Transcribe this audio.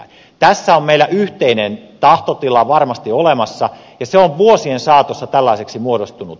tässä on meillä yhteinen tahtotila varmasti olemassa ja se on vuosien saatossa tällaiseksi muodostunut